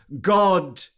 God